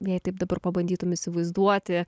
jei taip dabar pabandytum įsivaizduoti